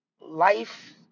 Life